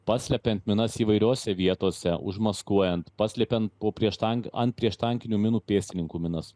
paslepiant minas įvairiose vietose užmaskuojant paslėpiant po prieš tank ant prieštankinių minų pėstininkų minas